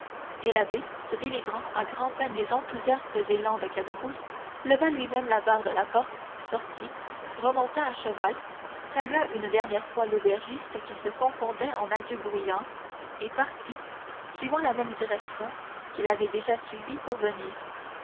et l'abbé se délivrant à grand peine des enthousiastes élans de caderousse leva lui-même la barre de la porte sortit remonta à cheval salua une dernière fois l'aubergiste qui se confondait en adieux bruyants et partit suivant la même direction qu'il avait déjà suivie pour venir